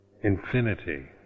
infinity